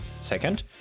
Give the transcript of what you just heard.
Second